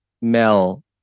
Mel